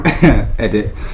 edit